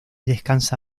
descansa